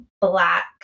black